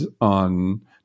on